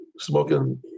Smoking